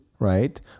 right